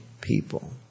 people